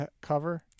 cover